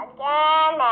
Again